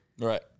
Right